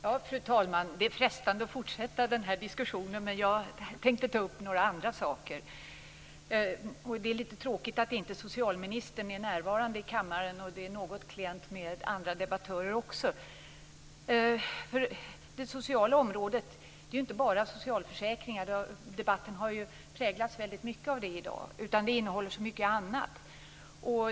Fru talman! Det är frestande att fortsätta den här diskussionen, men jag tänkte ta upp några andra saker. Det är litet tråkigt att inte socialministern är närvarande i kammaren. Det är också något klent med andra debattörer. Det sociala området handlar ju inte bara om socialförsäkringar - debatten har ju präglats väldigt mycket av det i dag - utan innehåller så mycket annat.